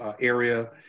area